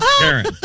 Karen